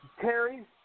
Terry